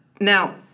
now